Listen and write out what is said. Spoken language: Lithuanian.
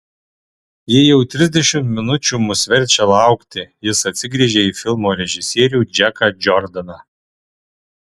ji jau trisdešimt minučių mus verčia laukti jis atsigręžė į filmo režisierių džeką džordaną